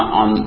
on